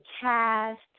cast